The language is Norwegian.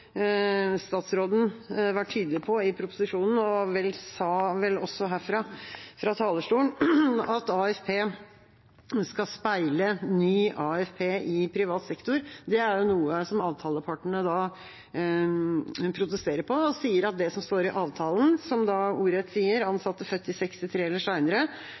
statsråden vært tydelig på i proposisjonen, og sa vel også her fra talerstolen, at AFP skal speile ny AFP i privat sektor. Det er noe som avtalepartene protesterer på, og viser til det som står i avtalen, hvor det ordrett står: «Ansatte født i 1963 eller